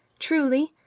truly?